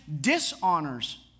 dishonors